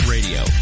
Radio